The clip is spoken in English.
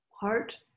heart